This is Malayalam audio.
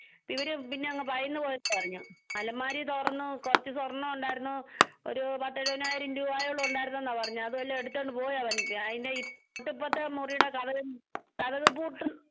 ഇവര് പിന്നെയങ്ങ് ഭയന്ന് പോയെന്ന് പറഞ്ഞു അലമാരി തുറന്ന് കൊറച്ച് സ്വർണ്ണൊണ്ടാരുന്നു ഒരു പത്തെഴുപതിനായിരം രൂപായും ഉണ്ടായിരുന്നെന്നാണ് പറഞ്ഞത് അതുവെല്ലാം എടുത്തോണ്ട് പോയവൻ അതിൻ്റെ തൊട്ട് അപ്പുറത്തെ മുറിയുടെ കതക് കതക് പൂട്ട്